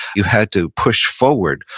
you had to push forward,